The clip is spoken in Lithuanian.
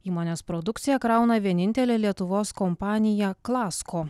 įmonės produkciją krauna vienintelė lietuvos kompanija klasko